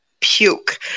puke